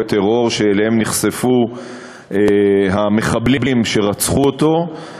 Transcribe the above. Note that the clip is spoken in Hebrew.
פיגועי טרור, שאליהם נחשפו המחבלים שרצחו אותו,